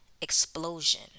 explosion